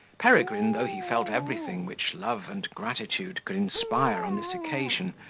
peregrine, though he felt everything which love and gratitude could inspire on this occasion,